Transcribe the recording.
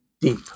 deep